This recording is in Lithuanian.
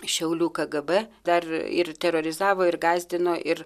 šiaulių kgb dar ir terorizavo ir gąsdino ir